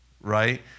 right